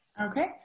Okay